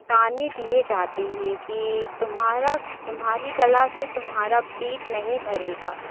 ताने दिए जाते हैं कि तुम्हारा तुम्हारी कला से तुम्हारा पेट नहीं भरेगा